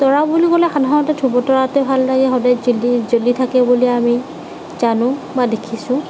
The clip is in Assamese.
তৰা বুলি ক'লে সাধাৰণতে ধ্ৰুৱ তৰাটো ভাল লাগে সদায় জ্বলি থাকে বুলি আমি জানো বা দেখিছোঁ